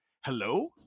Hello